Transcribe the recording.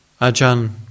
Ajahn